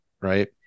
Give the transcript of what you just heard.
right